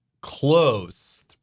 Close